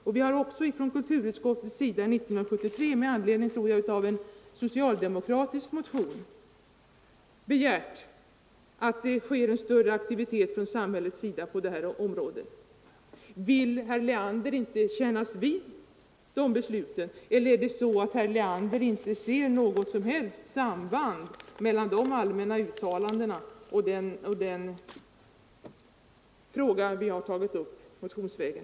Kulturutskottet har också 1973 med anledning av en socialde mokratisk motion begärt en större aktivitet från samhället på detta om råde. Vill herr Leander inte kännas vid de besluten? Eller ser herr Leander inget som helst samband mellan de allmänna uttalandena och den fråga som vi har tagit upp motionsvägen?